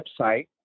website